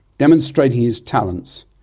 demonstrating his talents,